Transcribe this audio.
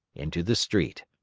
into the street.